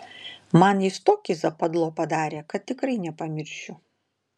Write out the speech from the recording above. man jis tokį zapadlo padarė kad tikrai nepamiršiu